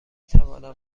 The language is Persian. توانم